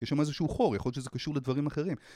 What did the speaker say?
יש שם איזשהו חור, יכול להיות שזה קשור לדברים אחרים.